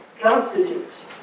constitutes